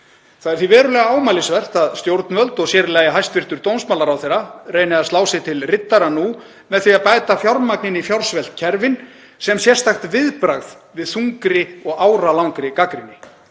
Það er því verulega ámælisvert að stjórnvöld, og sér í lagi hæstv. dómsmálaráðherra, reyni að slá sig til riddara nú með því að bæta fjármagni inn í fjársvelt kerfin sem sérstakt viðbragð við þungri og áralangri gagnrýni.